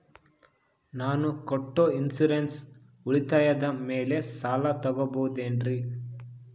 ನಾನು ಕಟ್ಟೊ ಇನ್ಸೂರೆನ್ಸ್ ಉಳಿತಾಯದ ಮೇಲೆ ಸಾಲ ತಗೋಬಹುದೇನ್ರಿ?